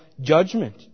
judgment